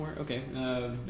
Okay